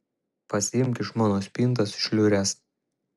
pasiimk iš mano spintos šliures